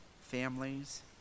families